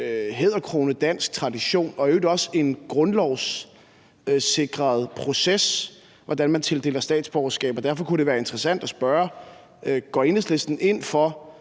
hæderkronet dansk tradition og i øvrigt også en grundlovssikret proces, hvordan man tildeler statsborgerskab. Derfor kunne det være interessant at spørge, om Enhedslisten går ind for,